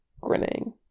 grinning